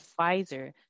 Pfizer